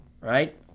right